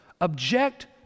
Object